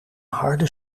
harde